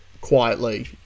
quietly